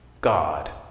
God